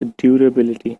durability